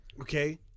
Okay